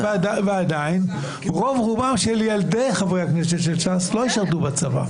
ועדיין רוב רובם של ילדי חברי הכנסת של ש"ס לא ישרתו בצבא.